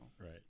Right